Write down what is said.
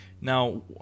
now